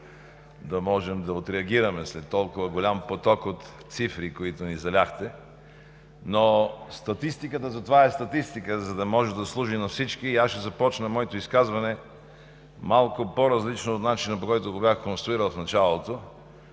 възможността да отреагираме след големия поток от цифри, с който ни заляхте. Но статистиката затова е статистика, за да може да служи на всички. Ще започна своето изказване малко по-различно от начина, по който го бях конструирал в началото,